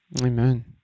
Amen